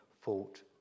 fought